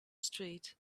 street